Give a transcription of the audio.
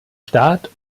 staat